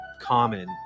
common